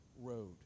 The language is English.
road